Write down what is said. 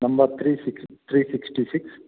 number three six three sixty six